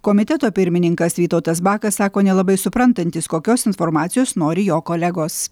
komiteto pirmininkas vytautas bakas sako nelabai suprantantis kokios informacijos nori jo kolegos